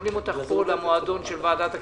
מקבלים אותך פה למועדון של ועדת הכספים.